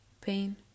pain